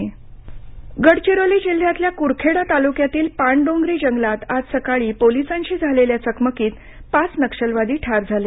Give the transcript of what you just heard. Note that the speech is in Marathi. नक्षलवादी ठार गडचिरोली जिल्ह्यातील कुरखेडा तालुक्यातील पानडोंगरी जंगलात आज सकाळी पोलिसांशी झालेल्या चकमकीत पाच नक्षलवादी ठार झाले